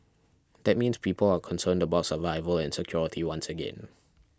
that means people are concerned about survival and security once again